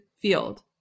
field